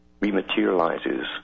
rematerializes